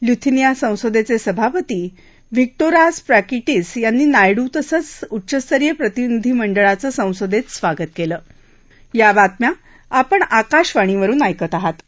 Lithuania संसदघ्ध सभापती Viktoras Pranckietis यांनी नायडू तसंच उच्चस्तरीय प्रतिनीधी मंडळाचं संसद स्वागत कलि